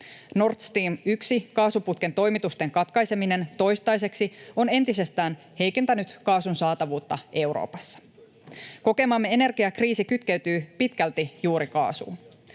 Nord Stream 1 ‑kaasuputken toimitusten katkaiseminen toistaiseksi on entisestään heikentänyt kaasun saatavuutta Euroopassa. Kokemamme energiakriisi kytkeytyy pitkälti juuri kaasuun.